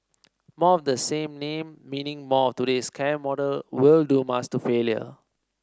more of the same name meaning more of today's care model will doom us to failure